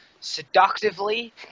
seductively